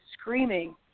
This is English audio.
screaming